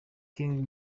killing